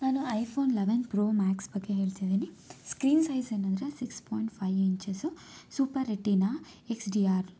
ನಾನು iPhone eleven pro max ಬಗ್ಗೆ ಹೇಳ್ತಿದ್ದೀನಿ ಸ್ಕ್ರೀನ್ ಸೈಜ್ ಏನಂದರೆ six point five inches super retina X D R